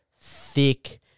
thick